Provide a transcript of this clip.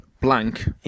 blank